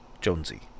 Jonesy